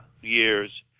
years